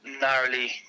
narrowly